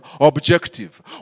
objective